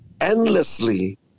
endlessly